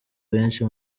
benshi